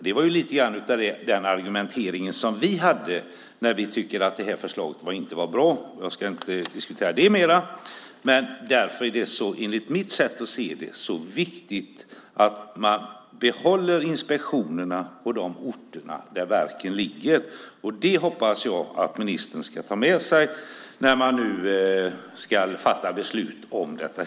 Det var lite grann av den argumentering som vi framförde när vi tyckte att det här förslaget inte var bra. Jag ska inte diskutera det mer. Men därför är det, enligt mitt sätt att se det, så viktigt att man behåller inspektionerna på de orter där verken ligger. Det hoppas jag att ministern ska ta med sig när man nu ska fatta beslut om detta.